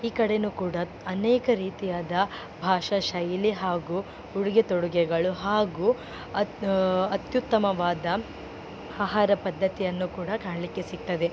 ಈ ಕಡೆಯೂ ಕೂಡ ಅನೇಕ ರೀತಿಯಾದ ಭಾಷಾ ಶೈಲಿ ಹಾಗೂ ಉಡುಗೆ ತೊಡುಗೆಗಳು ಹಾಗೂ ಅತ್ ಅತ್ಯುತ್ತಮವಾದ ಆಹಾರ ಪದ್ದತಿಯನ್ನು ಕೂಡ ಕಾಣಲಿಕ್ಕೆ ಸಿಕ್ತದೆ